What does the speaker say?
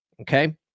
okay